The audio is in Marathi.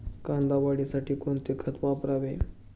कांदा वाढीसाठी कोणते खत वापरावे?